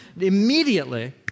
immediately